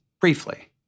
briefly